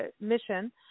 Mission